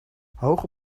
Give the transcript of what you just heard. hoge